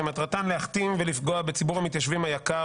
שמטרתם להכתים ולפגוע בציבור המתיישבים היקר,